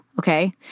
Okay